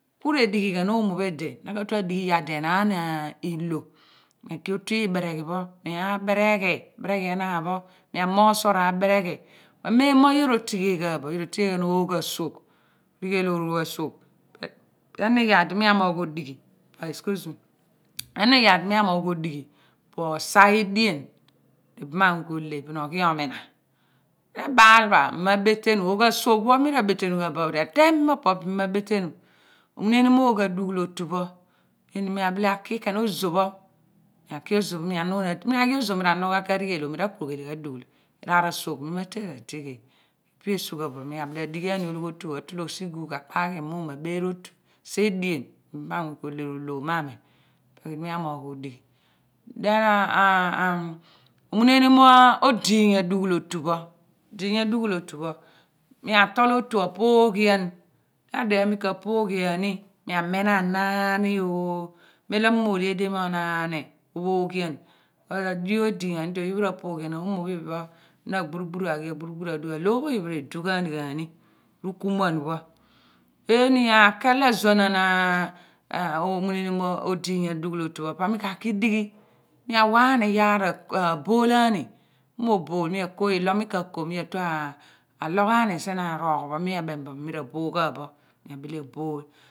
Ku re dighi ghan oomo pho idi na ka tue dighi yar di enaan ilo mi ka otu iibereghi pho mi abereghi bereghi enaan pho mi moor suor abereghi mem mo yoor ro tighel gha bo yoor ro tighel ghan oogh asuogh ri ghul rogh asuogh enon iyar di mi amogh odighi enon iyar di mi amogh odighi po usa edien di ibamanmuuny ko leh bin oghi omina rebal pha mi ma betenu oogh asuwgh pho mi ra betenu gha bo re teeny mem mo opo pho bin mi ma betenu omuneniom oogh adughul otu pho eeni mi abile aki khen ozoh pho mi aki ozoh mi anun mi aghi ozoh mi ra nuu ka ri ghelo i ra ku leh ghan dughul irear asuogh mi ma ten ra tighel ipe esugha bo mi adighiani ologhotu pho mi tologh sigugh akpa ghi mum abeer otu sa edien di ibemanmuuny ko leh re lom ami ipe ku idi mi amogh odighi omuneniom odiiny adughul otu pho odiiny adughul otu pho mi atol otu apooghian dio adien mika pooghian ni mi amina anaani mem lo mi mo leh edien pho ro naani ophooghian adio edi ghaani di oye pho ra pooghian oonio pho iphe phe phe na gburu aghi agburu gburu aru aloor pho oye pho refughaani ghaani rukumuan pho eeni aake la zuanaan omuuenion odiiny adughul otu pho po ni kaki dighi mi awa ni iyar abolaani mi mo bol mi ako ilo mi ka ko mi tu aloghaani sien arogho pho mi abeni mo mi ra bol gha pho mi abile abol